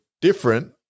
different